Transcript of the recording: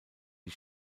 die